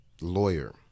lawyer